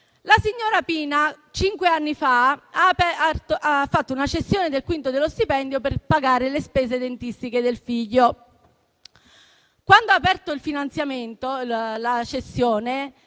La signora Pina, cinque anni fa, ha fatto una cessione del quinto dello stipendio per pagare le spese dentistiche del figlio. Quando ha aperto il finanziamento della cessione,